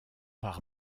par